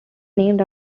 named